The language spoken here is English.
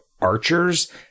archers